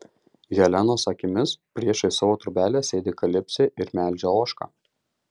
helenos akimis priešais savo trobelę sėdi kalipsė ir melžia ožką